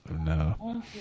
no